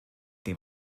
they